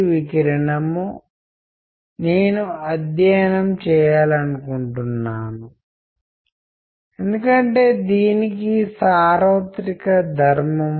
మరియు ఎడమ వైపున మనము వివరించిన వివిధ భాగాలు వైపు మనము వెళ్తున్నాం అవి సాఫ్ట్ స్కిల్స్ యొక్క సాధారణ సందర్భంలో చాలా ముఖ్యమైనవి